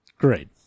Great